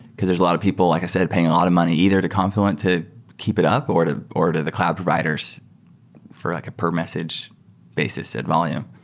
because there's a lot of people, like i said, paying a lot of money either to confl uent to keep it up or to or to the cloud providers for like a per message basis at volume.